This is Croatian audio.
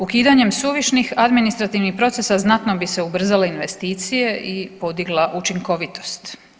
Ukidanjem suvišnih administrativnih procesa znatno bi se ubrzale investicije i podigla učinkovitost.